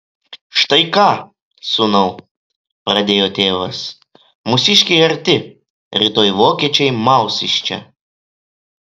štai ką sūnau pradėjo tėvas mūsiškiai arti rytoj vokiečiai maus iš čia